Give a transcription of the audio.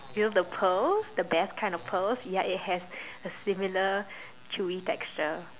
you know the pearls the best kind of pearls ya it has a similar chewy texture